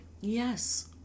Yes